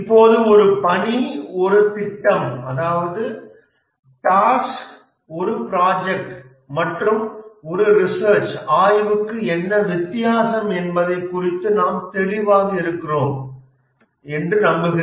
இப்போது ஒரு பணி ஒரு திட்டம் மற்றும் ஒரு ஆய்வுக்கு என்ன வித்தியாசம் என்பது குறித்து நாம் தெளிவாக இருக்கிறோம் என்று நம்புகிறேன்